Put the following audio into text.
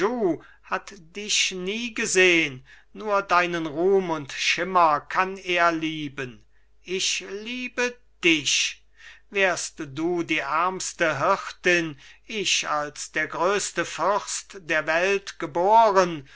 hat dich nie gesehn nur deinen ruhm und schimmer kann er lieben ich liebe dich wärst du die ärmste hirtin ich als der größte fürst der welt geboren